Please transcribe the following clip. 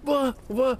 va va